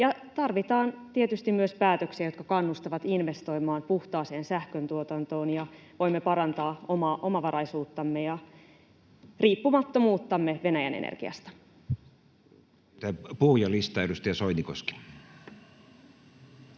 tarvitaan tietysti myös päätöksiä, jotka kannustavat investoimaan puhtaaseen sähköntuotantoon, ja voimme parantaa omaa omavaraisuuttamme ja riippumattomuuttamme Venäjän energiasta. Puhujalistaan, edustaja Soinikoski.